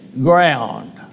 ground